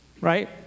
right